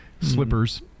slippers